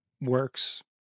works